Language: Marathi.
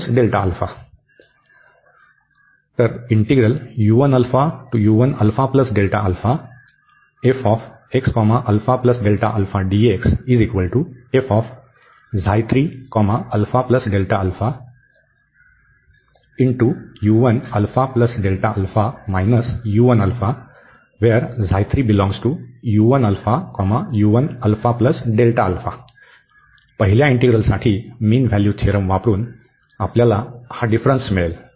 पहिल्या इंटीग्रलसाठी मीन व्हॅल्यू थेरम वापरुन आपल्याला हा फरक मिळेल